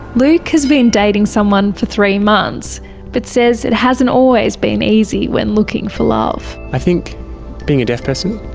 luke has been dating someone for three months but says it hasn't always been easy when looking for love. i think being a deaf person,